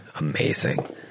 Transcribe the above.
amazing